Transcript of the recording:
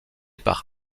par